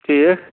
ٹھیٖک